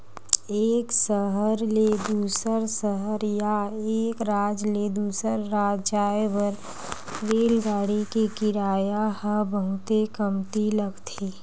एक सहर ले दूसर सहर या एक राज ले दूसर राज जाए बर रेलगाड़ी के किराया ह बहुते कमती लगथे